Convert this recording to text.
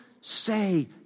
say